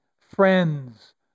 friends